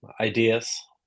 ideas